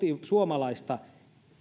suomalaista